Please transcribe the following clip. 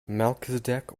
melchizedek